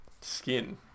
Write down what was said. skin